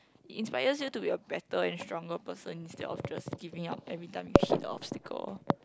inspires you to be a better and stronger person instead of just giving up every time you hit a obstacle